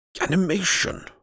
animation